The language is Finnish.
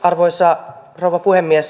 arvoisa rouva puhemies